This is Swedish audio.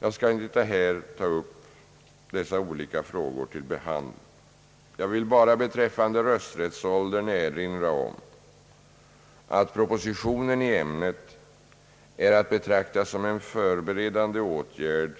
Jag skall inte här ta upp dessa olika fråsor till behandling. Jag vill bara beträffande rösträttsåldern erinra om att propositionen i ämnet är att betrakta som en förberedande åtgärd